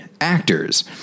actors